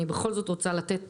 אני בכל זאת רוצה לתת